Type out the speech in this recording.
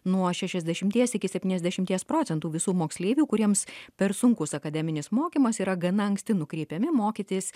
nuo šešiasdešimties iki septyniasdešimties procentų visų moksleivių kuriems per sunkus akademinis mokymas yra gana anksti nukreipiami mokytis